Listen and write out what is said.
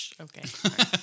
Okay